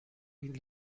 این